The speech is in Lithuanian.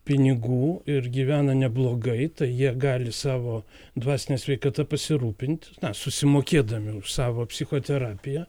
pinigų ir gyvena neblogai tai jie gali savo dvasine sveikata pasirūpint na susimokėdami už savo psichoterapiją